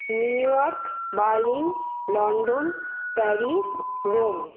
new York Berlin London Paris Rome